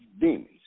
demons